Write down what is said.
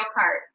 cart